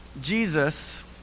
Jesus